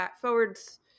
forwards